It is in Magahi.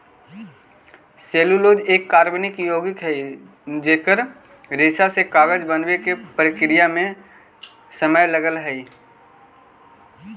सेल्यूलोज एक कार्बनिक यौगिक हई जेकर रेशा से कागज बनावे के प्रक्रिया में समय लगऽ हई